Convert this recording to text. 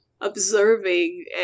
observing